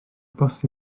bws